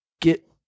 get